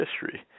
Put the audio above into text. history